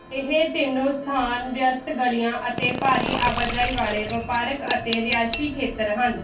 ਇਹ ਤਿੰਨੋਂ ਸਥਾਨ ਵਿਅਸਤ ਗਲ਼ੀਆਂ ਅਤੇ ਭਾਰੀ ਆਵਾਜਾਈ ਵਾਲ਼ੇ ਵਪਾਰਕ ਅਤੇ ਰਿਹਾਇਸ਼ੀ ਖੇਤਰ ਹਨ